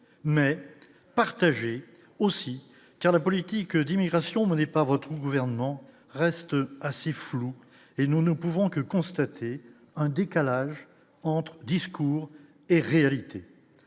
mais partager aussi car la politique d'immigration n'est pas retrouve gouvernement reste assez fou et nous ne pouvons que constater un décalage entre discours et réalité